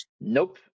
Nope